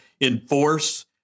enforce